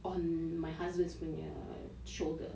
on my husband's punya shoulder